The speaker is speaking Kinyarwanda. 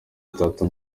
itatu